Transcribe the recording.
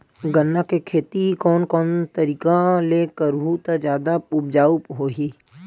गन्ना के खेती कोन कोन तरीका ले करहु त जादा उपजाऊ होही?